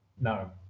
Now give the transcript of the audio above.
No